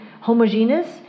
homogeneous